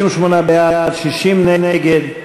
58 בעד, 60 נגד.